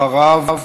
אחריו,